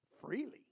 freely